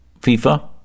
FIFA